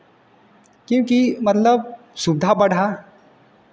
क्योंकि मतलब सुविधा बढ़ा